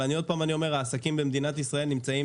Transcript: עוד פעם אני אומר: העסקים במדינת ישראל נמצאים